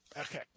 Okay